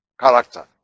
character